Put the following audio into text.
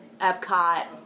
Epcot